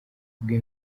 bwe